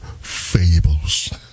fables